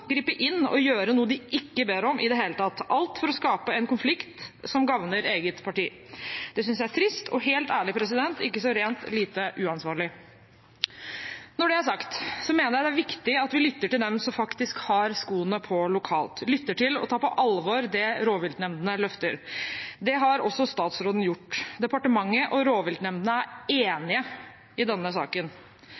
gripe inn og gjøre noe de ikke ber om i det hele tatt – alt for å skape en konflikt som gagner eget parti. Det synes jeg er trist, og helt ærlig, ikke så rent lite uansvarlig. Når det er sagt, mener jeg det er viktig at vi lytter til dem som faktisk har skoene på lokalt, lytter til og tar på alvor det rovviltnemndene løfter. Det har også statsråden gjort. Departementet og rovviltnemndene er